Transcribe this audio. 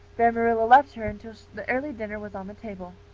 there marilla left her until the early dinner was on the table.